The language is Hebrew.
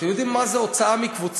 אתם יודעים מה זה הוצאה מקבוצה?